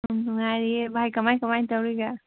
ꯅꯨꯡꯉꯥꯏꯔꯤꯌꯦ ꯀꯃꯥꯏ ꯀꯃꯥꯏ ꯇꯧꯔꯤꯒꯦ